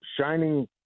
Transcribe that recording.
shining